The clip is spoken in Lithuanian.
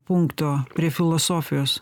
punkto prie filosofijos